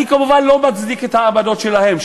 אני כמובן לא מצדיק את העמדות שלהם,